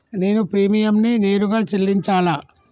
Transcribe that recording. నేను ప్రీమియంని నేరుగా చెల్లించాలా?